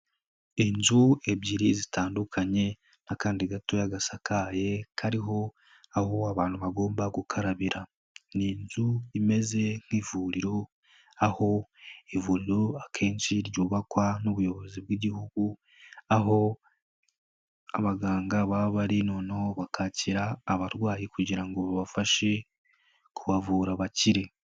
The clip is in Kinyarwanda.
Inzu ebyiri zitandukanye n'akandi gatoya gasakaye kariho aho abantu bagomba gukarabira. Ni inzu imeze nk'ivuriro, aho ivuriro akenshi ryubakwa n'ubuyobozi bw'Igihugu, aho abaganga baba bari noneho bakakira abarwayi kugira ngo babafashe kubavura bakire.